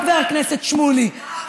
חבר הכנסת שמולי,